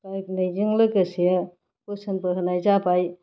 रायनायजों लोगोसे बोसोनबो होनाय जाबाय